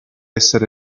essere